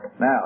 Now